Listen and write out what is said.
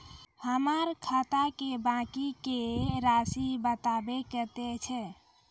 हमर खाता के बाँकी के रासि बताबो कतेय छै?